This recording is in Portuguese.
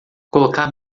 colocar